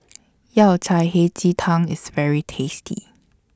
Yao Cai Hei Ji Tang IS very tasty